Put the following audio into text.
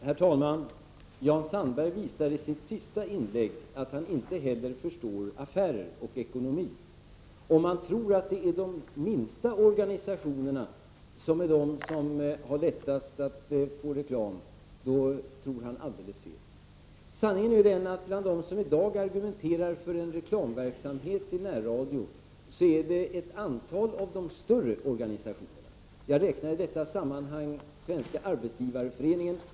Herr talman! Jan Sandberg visar i sitt sista inlägg att han inte heller förstår affärer och ekonomi. Om han tror att de minsta organisationerna är de som lättast får reklam så tar han alldeles fel. Sanningen är den att de som i dag argumenterar för en reklamverksamhet inom närradion är ett antal av de större organisationerna. Jag räknar i detta sammanhang in Svenska arbetsgivareföreningen.